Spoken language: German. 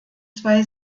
zwei